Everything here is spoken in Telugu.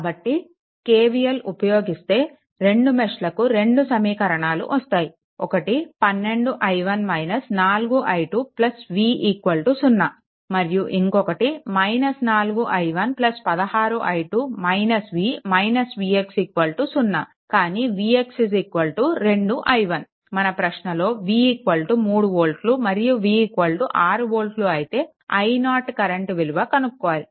కాబట్టి KVL ఉపయోగిస్తే రెండు మెష్లకు రెండు సమీకరణాలు వస్తాయి ఒకటి 12 i1 - 4i2 v 0 మరియు ఇంకొకటి 4 i1 16 i2 v vx 0 కానీ vx 2 i1 మన ప్రశ్నలో v 3 వోల్ట్లు మరియు v 6 వోల్ట్లు అయితే i0 కరెంట్ విలువ కనుక్కోవాలి